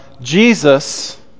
Jesus